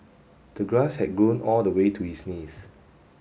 the grass had grown all the way to his knees